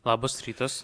labas rytas